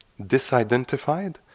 disidentified